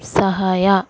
ಸಹಾಯ